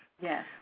Yes